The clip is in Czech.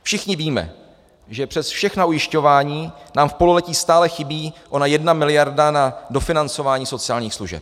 Všichni víme, že přes všechna ujišťování nám v pololetí stále chybí ona jedna miliarda na dofinancování sociálních služeb.